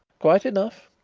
quite enough.